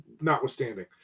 notwithstanding